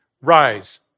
rise